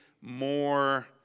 more